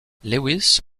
lewis